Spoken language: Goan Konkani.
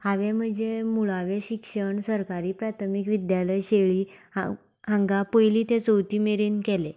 हांवें म्हजें मुळावें शिक्षण सरकारी प्राथमीक विद्यालय शेळी हांव हांगा पयली ते चवथी मेरेन केलें